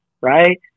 right